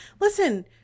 Listen